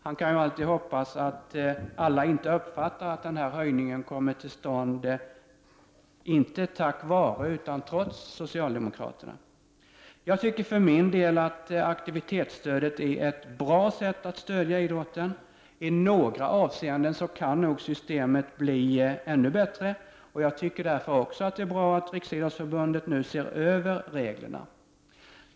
Han kan ju alltid hoppas att alla inte uppfattar att den här höjningen kommer till stånd, inte tack vare utan trots socialdemokraterna. Jag tycker för min del att aktivitetsstödet är ett bra sätt att stödja idrotten. I några avseenden kan nog systemet bli ännu bättre, och därför är det bra att Riksidrottsförbundet nu ser över reglerna.